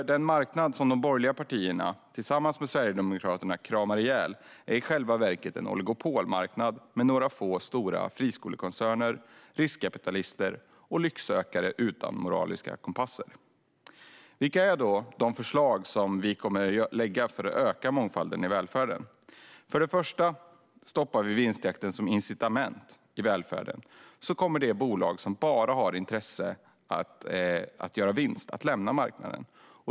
Den marknad som de borgerliga partierna tillsammans med Sverigedemokraterna kramar ihjäl är i själva verket en oligopolmarknad med några få stora friskolekoncerner, riskkapitalister och lycksökare utan moraliska kompasser. Vilka är då de förslag som vi kommer att lägga för att öka mångfalden i välfärden? För det första stoppar vi vinstjakten som incitament i välfärden, och då kommer de bolag som har bara har intresse av att göra vinst att lämna marknaden.